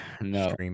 no